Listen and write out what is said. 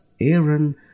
Aaron